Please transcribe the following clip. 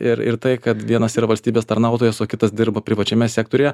ir ir tai kad vienas yra valstybės tarnautojas o kitas dirba privačiame sektoriuje